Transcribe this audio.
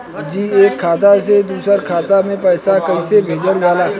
जी एक खाता से दूसर खाता में पैसा कइसे भेजल जाला?